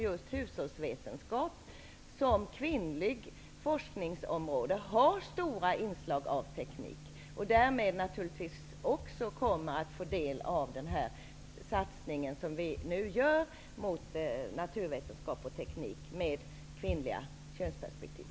Just hushållsvetenskap som kvinnligt forskningsområde har stora inslag av teknik, och kommer därmed också att få del av den satsning som vi nu gör på naturvetenskap och teknik med kvinnligt könsperspektiv.